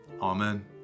Amen